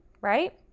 right